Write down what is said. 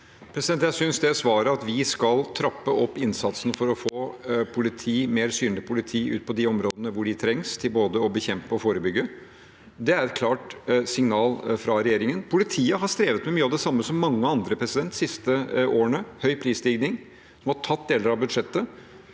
Jeg sy- nes svaret om at vi skal trappe opp innsatsen for å få mer synlig politi ut til de områdene hvor det trengs, til både å bekjempe og å forebygge, er et klart signal fra regjeringen. Politiet har strevd med mye av det samme som mange andre de siste årene. Høy prisstigning har tatt deler av budsjettet.